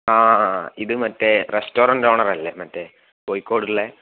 ആ ഇത് മറ്റേ റസ്റ്റോറന്റ് ഓണർ അല്ലെ മറ്റേ കോഴിക്കോടുള്ളത്